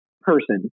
person